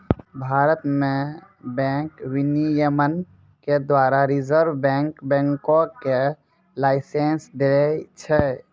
भारत मे बैंक विनियमन के द्वारा रिजर्व बैंक बैंको के लाइसेंस दै छै